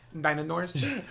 dinosaurs